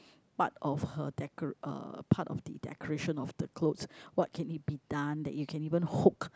part of her deco~ uh part of the decoration of the clothes what can it been done that you can even hooked